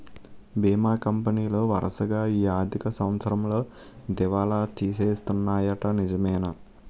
బీమా కంపెనీలు వరసగా ఈ ఆర్థిక సంవత్సరంలో దివాల తీసేస్తన్నాయ్యట నిజమేనా